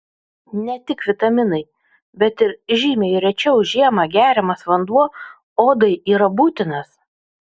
ne tik vitaminai bet ir žymiai rečiau žiemą geriamas vanduo odai yra būtinas